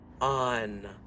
on